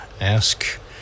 ask